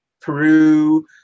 Peru